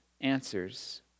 answers